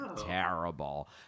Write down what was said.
terrible